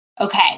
Okay